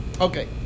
Okay